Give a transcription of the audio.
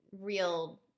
real